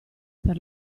per